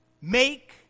Make